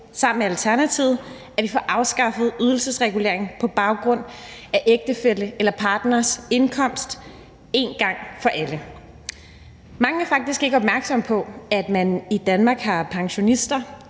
sammen med Alternativet, at vi får afskaffet ydelsesregulering på baggrund af ægtefælles eller partners indkomst én gang for alle. Mange er faktisk ikke opmærksomme på, at man i Danmark har pensionister